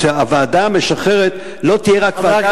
שהוועדה המשוחררת לא תהיה רק ועדה,